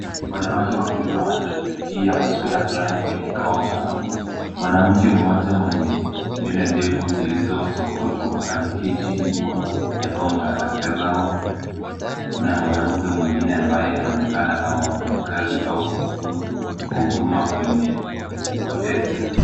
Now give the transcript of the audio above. Wanawake wawili wanashughulikia maswala fulani kwenye kaunta. Mwanamke mmoja mwenye nywele ndefu zilizosokotwa ameketi nyuma ya kaunta akitazama na mwanamke mwingine ambaye anaonekana kama mfanyakazi au mhudumu wa huduma kwenye wateja.